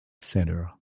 centre